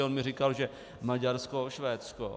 On mi říkal, že Maďarsko, Švédsko.